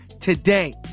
today